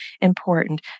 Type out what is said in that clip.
important